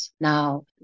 Now